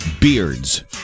beards